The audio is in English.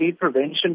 prevention